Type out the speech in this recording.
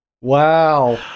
Wow